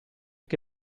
che